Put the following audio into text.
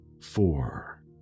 four